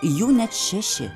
jų net šeši